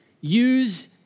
Use